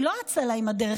כי לא אצה להם הדרך,